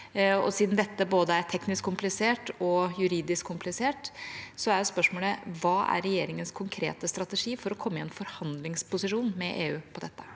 Siden dette er både teknisk komplisert og juridisk komplisert, er spørsmålet: Hva er regjeringens konkrete strategi for å komme i en forhandlingsposisjon med EU om dette?